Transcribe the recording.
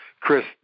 Chris